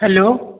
hello